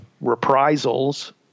reprisals